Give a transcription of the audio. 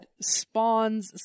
spawns